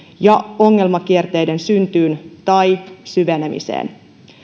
ja ongelmakierteiden syntyyn tai syvenemiseen